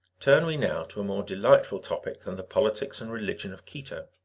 turn we now to a more delightful topic than the politics and religion of quito.